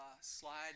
slide